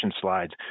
slides